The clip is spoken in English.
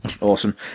Awesome